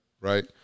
right